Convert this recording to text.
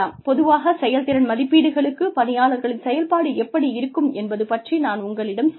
பொதுவாகச் செயல்திறன் மதிப்பீடுகளுக்கு பணியாளர்களின் செயல்பாடு எப்படி இருக்கும் என்பது பற்றி நான் உங்களிடம் சொன்னேன்